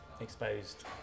exposed